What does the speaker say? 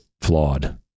flawed